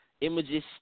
images